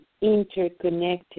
interconnected